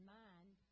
mind